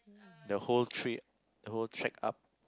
the whole tre~ the whole trek up